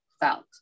felt